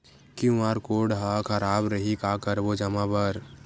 QR code हा खराब रही का करबो जमा बर?